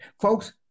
Folks